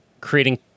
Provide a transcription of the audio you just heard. creating